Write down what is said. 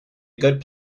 good